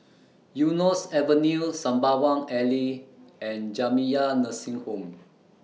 Eunos Avenue Sembawang Alley and Jamiyah Nursing Home